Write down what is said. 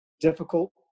difficult